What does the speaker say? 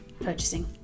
purchasing